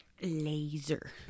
Laser